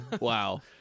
wow